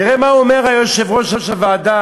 תראה מה אומר יושב-ראש הוועדה,